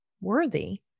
worthy